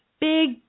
big